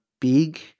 big